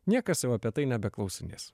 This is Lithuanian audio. niekas jau apie tai nebeklausinės